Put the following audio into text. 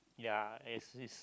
ya